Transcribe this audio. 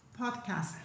podcast